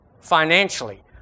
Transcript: financially